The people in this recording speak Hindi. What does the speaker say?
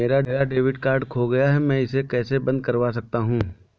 मेरा डेबिट कार्ड खो गया है मैं इसे कैसे बंद करवा सकता हूँ?